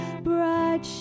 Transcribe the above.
bright